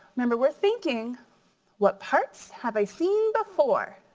remember, we're thinking what parts have i seen before?